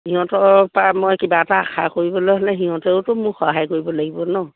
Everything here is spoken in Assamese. সিহঁতৰ পা মই কিবা এটা আশা কৰিবলে হ'লে সিহঁতেওতো মোক সহায় কৰিব লাগিব ন